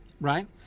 right